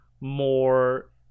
more